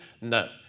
No